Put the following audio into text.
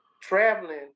traveling